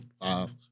five